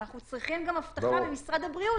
אבל אנחנו צריכים גם הבטחה ממשרד הבריאות